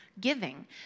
giving